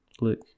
Look